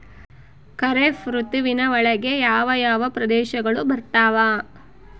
ಖಾರೇಫ್ ಋತುವಿನ ಒಳಗೆ ಯಾವ ಯಾವ ಪ್ರದೇಶಗಳು ಬರ್ತಾವ?